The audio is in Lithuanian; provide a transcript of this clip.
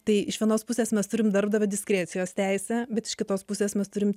tai iš vienos pusės mes turim darbdavio diskrecijos teisę bet iš kitos pusės mes turim